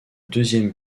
deuxième